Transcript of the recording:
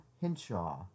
Hinshaw